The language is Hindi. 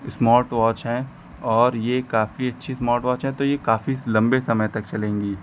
इस्मार्टवाच है और यह काफी अच्छी इस्मार्टवाच है तो यह काफी लम्बे समय तक चलेगी